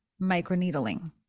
microneedling